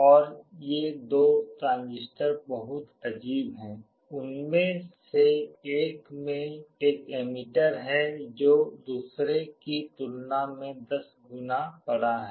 और ये दो ट्रांजिस्टर बहुत अजीब हैं उनमें से एक में एक एमिटर है जो दूसरे की तुलना में 10 गुना बड़ा है